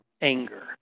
anger